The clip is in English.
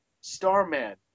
Starman